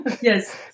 Yes